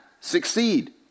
succeed